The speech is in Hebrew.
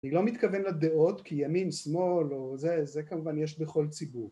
אני לא מתכוון לדעות כי ימין, שמאל, זה זה כמובן יש בכל ציבור